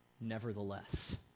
nevertheless